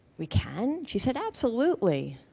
we can? she said, absolutely.